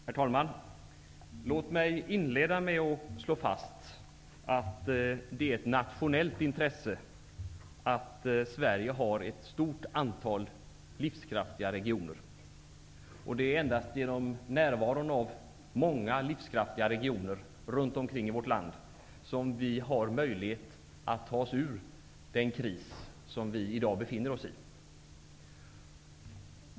Herr talman! Låt mig inleda med att slå fast att det är av nationellt intresse att Sverige har ett stort antal livskraftiga regioner. Det är endast genom närvaron av många livskraftiga regioner runt omkring i vårt land som vi har möjlighet att ta oss ur den kris som vi i dag befinner oss i.